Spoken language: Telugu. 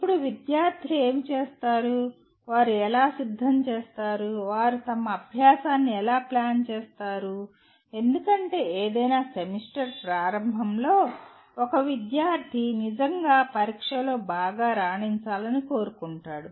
ఇప్పుడు విద్యార్థులు ఏమి చేస్తారు వారు ఎలా సిద్ధం చేస్తారు వారు తమ అభ్యాసాన్ని ఎలా ప్లాన్ చేస్తారు ఎందుకంటే ఏదైనా సెమిస్టర్ ప్రారంభంలో ఒక విద్యార్థి నిజంగా పరీక్షలో బాగా రాణించాలని కోరుకుంటాడు